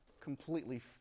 completely